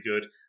good